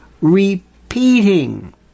repeating